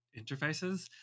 interfaces